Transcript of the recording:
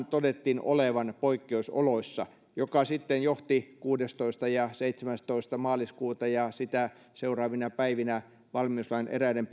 todettiin olevan poikkeusoloissa mikä sitten johti kuudestoista ja seitsemästoista maaliskuuta ja sitä seuraavina päivinä valmiuslain eräiden